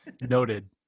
Noted